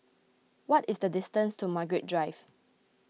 what is the distance to Margaret Drive